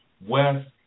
west